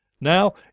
Now